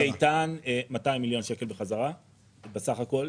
צוק איתן, 200 מיליון שקלים בחזרה בסך הכול.